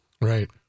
Right